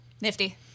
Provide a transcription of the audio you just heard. nifty